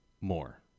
more